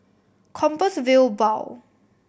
Compassvale Bow